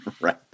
Right